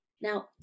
Now